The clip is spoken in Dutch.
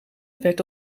werd